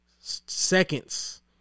seconds